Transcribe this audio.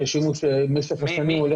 שהשימוש במשך השנים הולך ופוחת.